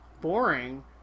boring